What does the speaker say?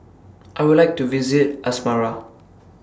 I Would like to visit Asmara